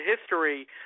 history